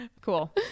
Cool